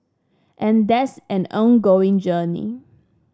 and that's an ongoing journey